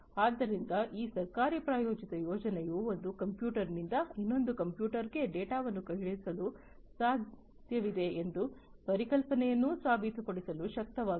ಆದ್ದರಿಂದ ಈ ಸರ್ಕಾರಿ ಪ್ರಾಯೋಜಿತ ಯೋಜನೆಯು ಒಂದು ಕಂಪ್ಯೂಟರ್ನಿಂದ ಇನ್ನೊಂದು ಕಂಪ್ಯೂಟರ್ಗೆ ಡೇಟಾವನ್ನು ಕಳುಹಿಸಲು ಸಾಧ್ಯವಿದೆ ಎಂಬ ಪರಿಕಲ್ಪನೆಯನ್ನು ಸಾಬೀತುಪಡಿಸಲು ಶಕ್ತವಾಗಿದೆ